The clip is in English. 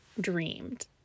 dreamed